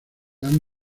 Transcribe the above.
han